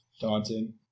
daunting